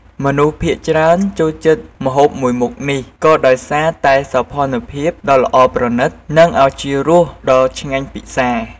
មនុស្សភាគច្រើនចូលចិត្តម្ហូបមួយមុខនេះ ក៏ដោយសារតែសោភណ្ឌភាពដ៏ល្អប្រណីត និងឱជារសដ៏ឆ្ងាញ់ពិសារ។